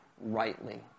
rightly